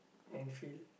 Anfield